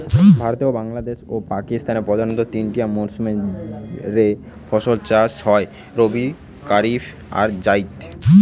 ভারতে, বাংলাদেশে ও পাকিস্তানে প্রধানতঃ তিনটিয়া মরসুম রে ফসল চাষ হয় রবি, কারিফ আর জাইদ